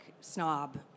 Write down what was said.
snob